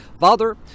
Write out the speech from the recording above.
father